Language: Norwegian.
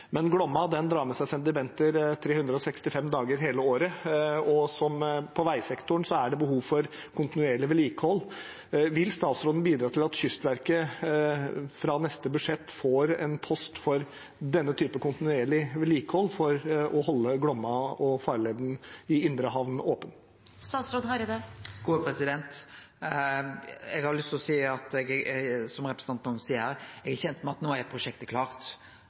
Men Glomma drar med seg sedimenter 365 dager – hele året – og som på veisektoren er det behov for kontinuerlig vedlikehold. Vil statsråden bidra til at Kystverket fra neste budsjett får en post for denne typen kontinuerlige vedlikehold for å holde Glomma og farleden i indre havn åpen? Eg har lyst til å seie at eg er kjend med at prosjektet no er klart, som representanten òg seier her. Det er òg slik at